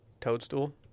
Toadstool